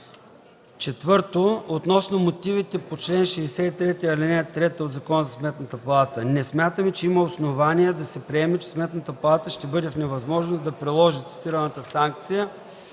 - Относно мотивите по чл. 63, ал. 3 от Закона за Сметната палата: Не смятаме, че има основания да се приеме, че Сметната палата ще бъде в невъзможност да приложи цитираната санкция